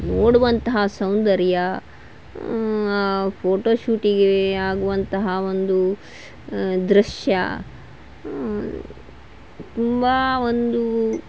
ನೋಡುವಂತಹ ಸೌಂದರ್ಯ ಫೋಟೋ ಶೂಟಿಗೆ ಆಗುವಂತಹ ಒಂದು ದೃಶ್ಯ ತುಂಬ ಒಂದು